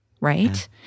right